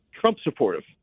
Trump-supportive